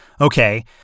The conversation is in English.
okay